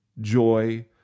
joy